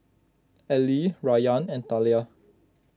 Allie Rayan and Talia